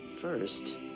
First